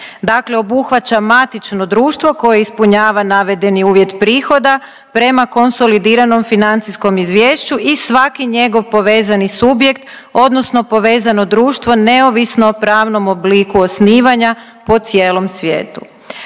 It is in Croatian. Dakle obuhvaća matično društvo koje ispunjava navedeni uvjet prihoda prema konsolidiranom financijskom izvješću i svaki njegov povezani subjekt odnosno povezano društvo neovisno o pravnom obliku osnivanja po cijelom svijetu.